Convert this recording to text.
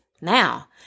Now